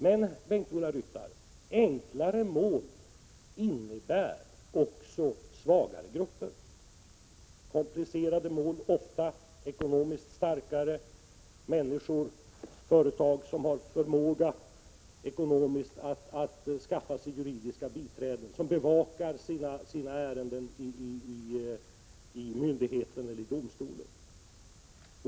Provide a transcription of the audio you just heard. Men Bengt-Ola Ryttar, enklare mål innebär också svagare grupper. Komplicerade mål gäller ofta ekonomiskt starkare människor och företag, som har förmåga att skaffa juridiska biträden som bevakar deras ärenden hos myndigheten eller domstolen.